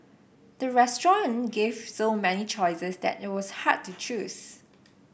the restaurant gave so many choices that it was hard to choose